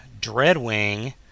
Dreadwing